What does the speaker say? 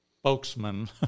spokesman